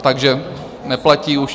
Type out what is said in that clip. Takže neplatí už.